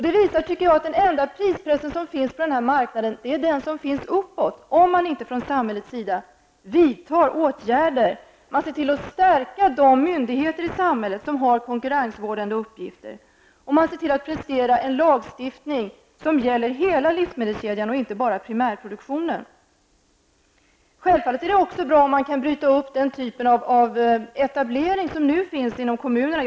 Det visar, tycker jag, att den enda prispress som finns på den här marknaden är pressen uppåt -- om man inte från samhällets sida vidtar åtgärder, ser till att man stärker de myndigheter i samhället som har konkurrensvårdande uppgifter, ser till att man presterar en lagstiftning som gäller hela livsmedelskedjan och inte bara primärproduktionen. Självfallet är det också bra om man kan bryta upp den typ av etablering som nu finns inom kommunerna.